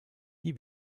die